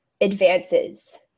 advances